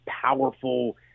powerful